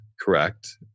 correct